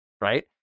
right